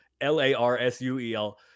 L-A-R-S-U-E-L